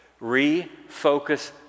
Refocus